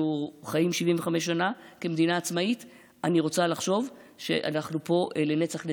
אנחנו חיים 75 שנה כמדינה עצמאית ואני רוצה לחשוב שאנחנו פה לנצח נצחים.